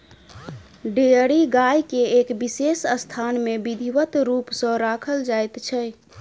dairy गाय के एक विशेष स्थान मे विधिवत रूप सॅ राखल जाइत छै